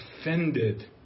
offended